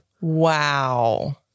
Wow